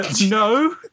No